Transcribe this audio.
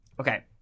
Okay